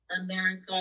America